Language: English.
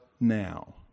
now